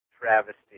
travesty